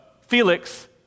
Felix